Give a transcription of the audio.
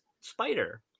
spider